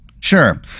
sure